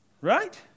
Right